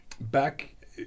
back